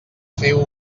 feu